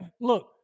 look